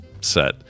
set